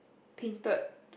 painted